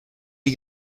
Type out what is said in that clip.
you